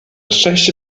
szczęście